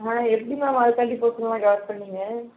ஆ எப்படி மேம் அதுங்காட்டியும் போஷன்லாம் கவர் பண்ணிங்க